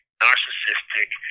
narcissistic